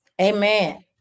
Amen